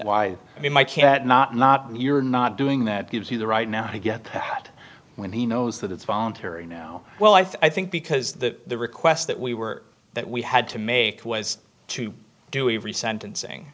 why i mean my cat not not you're not doing that gives you the right now to get that when he knows that it's voluntary now well i think because the request that we were that we had to make was to do every sentencing